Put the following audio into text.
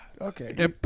Okay